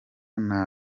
nta